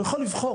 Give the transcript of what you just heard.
הוא יכול לבחור.